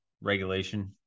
regulation